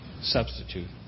substitute